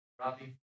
Robbie